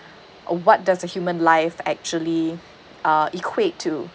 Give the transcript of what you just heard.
uh what does the human life actually uh equate to